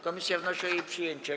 Komisja wnosi o jej przyjęcie.